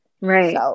Right